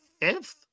fifth